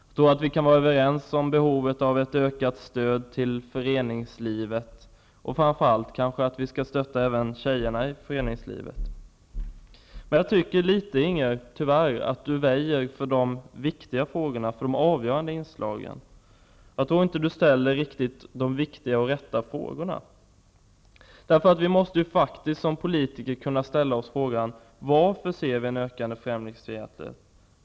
Jag tror att vi kan vara överens om behovet av ett ökat stöd till föreningslivet, och framför allt kanske att vi skall stötta även tjejerna i föreningslivet. Jag tycker emellertid att Inger Davidson tyvärr väjer litet grand för de viktiga frågorna och för de avgörande inslagen. Jag tror inte att hon ställer de viktiga och rätta frågorna. Vi som politiker måste faktiskt kunna ställa frågan: Varför ser vi en ökande främlingsfientlighet?